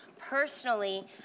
personally